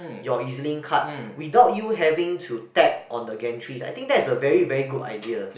your Ezlink card without you having to tap on the gantry I think that's a very very good idea